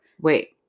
Wait